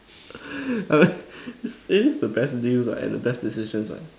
this is the best deal lah and the best decisions what